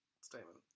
statement